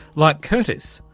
like curtis,